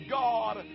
god